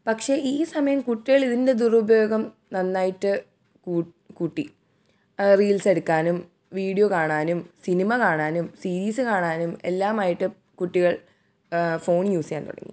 പക്ഷേ ഈ സമയം കുട്ടികൾ ഇതിൻ്റെ ദുരുപയാഗം നന്നായിട്ട് കൂട്ടി റീൽസെടുക്കാനും വീഡിയോ കാണാനും സിനിമ കാണാനും സീരീസ് കാണാനും എല്ലാമായിട്ട് കുട്ടികൾ ഫോൺ യൂസ് ചെയ്യാൻ തുടങ്ങി